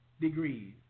degrees